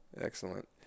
excellent